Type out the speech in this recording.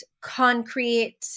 concrete